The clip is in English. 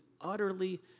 utterly